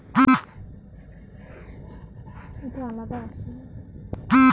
ATM থেকে অযুগ্ম রাশি তোলা য়ায় কি?